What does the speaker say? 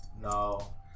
No